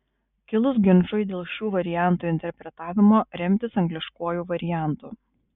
kilus ginčui dėl šių variantų interpretavimo remtis angliškuoju variantu